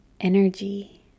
Energy